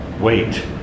Wait